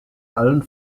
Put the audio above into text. allen